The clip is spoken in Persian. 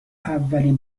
اولین